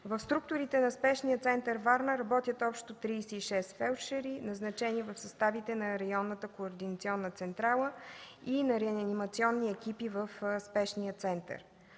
В структурите на Спешния център във Варна работят общо 36 фелдшери, назначени в съставите на Районната координационна централа и на реанимационни екипи в Спешния център.